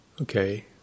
Okay